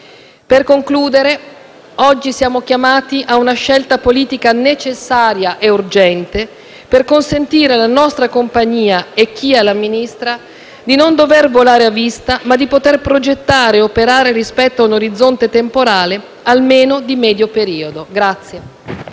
Per concludere, oggi siamo chiamati a una scelta politica necessaria e urgente, per consentire alla nostra compagnia e a chi l'amministra di non dover volare a vista, ma di poter progettare e operare rispetto a un orizzonte temporale almeno di medio periodo.